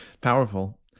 Powerful